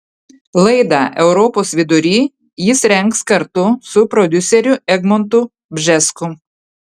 laidą europos vidury jis rengs kartu su prodiuseriu egmontu bžesku